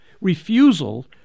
refusal